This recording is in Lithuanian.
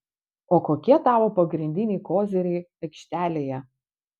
o kokie tavo pagrindiniai koziriai aikštelėje